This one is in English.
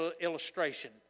illustration